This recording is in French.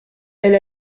elle